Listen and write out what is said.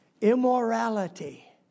immorality